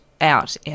Out